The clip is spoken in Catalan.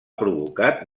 provocat